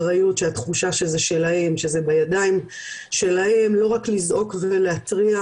שהתחושה שזה שלהם שזה בידיים שלהם לא רק לזעוק ולהתריע